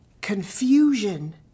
confusion